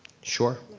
sure,